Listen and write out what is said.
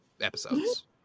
episodes